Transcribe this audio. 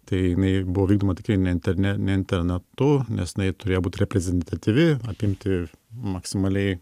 tai jinai buvo vykdoma tikrai ne internete ne internetu nes jinai turėjo būt reprezentatyvi apimti maksimaliai